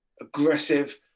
aggressive